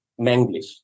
Manglish